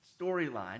storyline